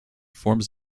forms